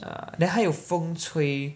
ya then 还有风吹